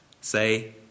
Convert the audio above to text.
say